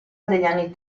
anni